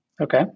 Okay